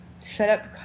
setup